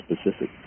specific